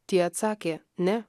tie atsakė ne